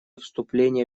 вступления